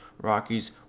Rockies